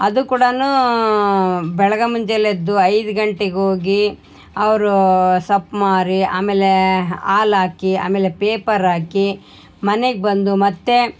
ಅದು ಕೂಡ ಬೆಳಗ್ಗೆ ಮುಂಜೇಲಿ ಎದ್ದು ಐದು ಗಂಟೆಗ್ ಹೋಗಿ ಅವರು ಸೊಪ್ ಮಾರಿ ಆಮೇಲೆ ಹಾಲ್ ಹಾಕಿ ಆಮೇಲೆ ಪೇಪರ್ ಹಾಕಿ ಮನೆಗೆ ಬಂದು ಮತ್ತು